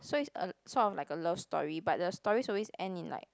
so it's a sort of like a love story but the stories always end in like